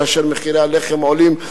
כאשר מחירי הלחם עולים,